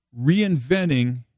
reinventing